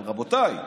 אבל רבותיי,